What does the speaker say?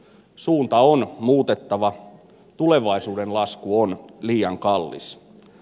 suunta on muutettava tulevaisuuden lasku on liian kallis